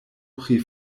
pri